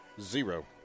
zero